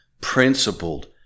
principled